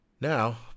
now